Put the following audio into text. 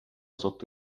sotto